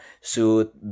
suit